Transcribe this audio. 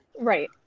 Right